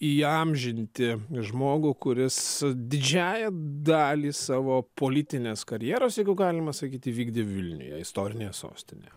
į įamžinti žmogų kuris didžiąją dalį savo politinės karjeros jeigu galima sakyti įvykdė vilniuje istorinė sostinė